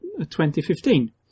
2015